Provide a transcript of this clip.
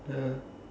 ya